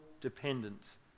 dependence